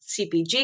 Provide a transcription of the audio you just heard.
CPG